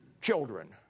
children